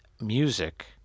music